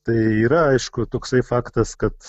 tai yra aišku toksai faktas kad